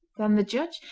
then the judge,